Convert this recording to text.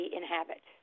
inhabit